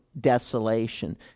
desolation